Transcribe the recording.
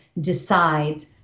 decides